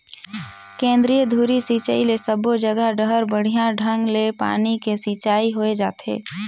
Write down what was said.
केंद्रीय धुरी सिंचई ले सबो जघा डहर बड़िया ढंग ले पानी के सिंचाई होय जाथे